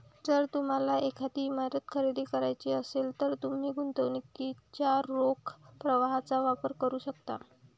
जर तुम्हाला एखादी इमारत खरेदी करायची असेल, तर तुम्ही गुंतवणुकीच्या रोख प्रवाहाचा वापर करू शकता